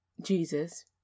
Jesus